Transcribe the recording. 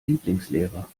lieblingslehrer